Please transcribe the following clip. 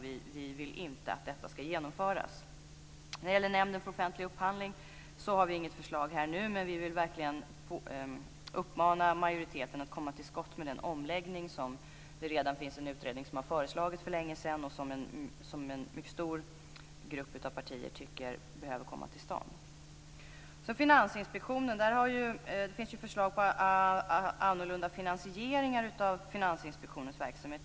Vi vill inte att den genomförs. När det gäller Nämnden för offentlig upphandling har vi inget förslag nu, men vi vill verkligen uppmana majoriteten att komma till skott med den omläggning som en utredning redan har föreslagit för länge sedan. En mycket stor grupp av partier tycker att detta bör komma till stånd. Det finns förslag på annorlunda finansieringar av Finansinspektionens verksamhet.